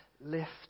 lift